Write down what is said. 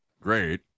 great